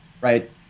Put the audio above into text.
right